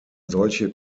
solche